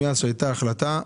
מאז שהייתה החלטה,